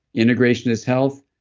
integration as health,